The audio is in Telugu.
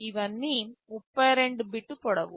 ఇవన్నీ 32 బిట్ పొడవు